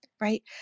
Right